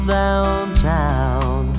downtown